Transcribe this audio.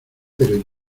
pero